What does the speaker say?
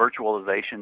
virtualization